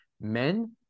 men